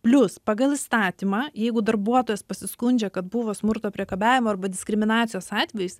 plius pagal įstatymą jeigu darbuotojas pasiskundžia kad buvo smurto priekabiavimo arba diskriminacijos atvejis